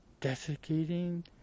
desiccating